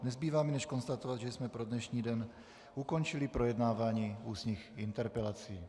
Nezbývá mi než konstatovat, že jsme pro dnešní den ukončili projednávání ústních interpelací.